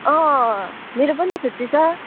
अँ अँ अँ मेरो पनि त छुट्टी छ